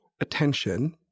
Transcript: attention